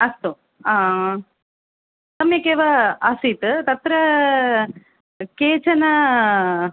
अस्तु सम्यगेव आसीत् तत्र केचन